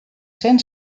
zen